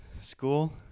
school